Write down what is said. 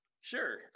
Sure